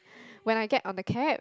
when I get on the cab